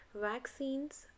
Vaccines